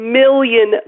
million